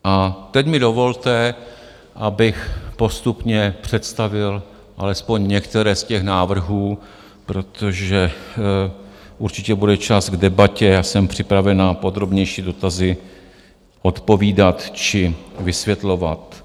A teď mi dovolte, abych postupně představil alespoň některé z těch návrhů, protože určitě bude čas k debatě a jsem připraven na podrobnější dotazy odpovídat či je vysvětlovat.